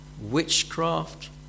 witchcraft